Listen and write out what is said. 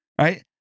Right